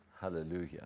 Hallelujah